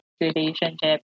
relationship